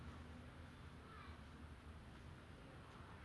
he just has to be standing then he just use his arm then he just smash it down